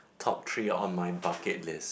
top three on my bucket list